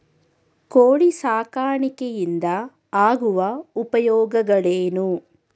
ಕೋಳಿ ಸಾಕಾಣಿಕೆಯಿಂದ ಆಗುವ ಉಪಯೋಗಗಳೇನು?